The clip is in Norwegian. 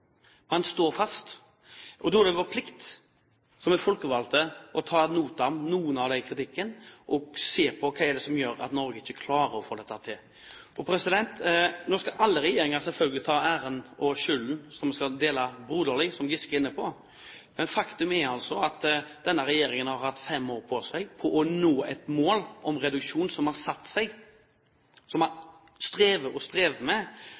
Man står fast, og da er det vår plikt som folkevalgte å ta ad notam noe av denne kritikken, og se på hva det er som gjør at Norge ikke klarer å få dette til. Nå skal alle regjeringer selvfølgelig ta æren og skylden, som vi skal dele broderlig, som Giske er inne på, men faktum er at denne regjeringen har hatt fem år på seg på å nå et mål om reduksjon, som man strever og strever med. Jeg tror, og